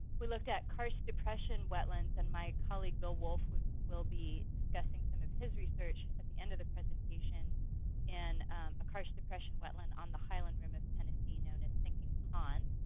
we looked at karst depression wetlands, and my colleague, bill wolfe, will be discussing some of his research at the end of the presentation in a karst depression wetland on the highland rim of tennessee known as sinking pond.